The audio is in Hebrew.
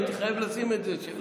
הייתי חייב לשים את זה.